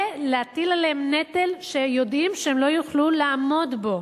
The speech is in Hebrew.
זה להטיל עליהם נטל שיודעים שהם לא יוכלו לעמוד בו.